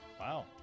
Wow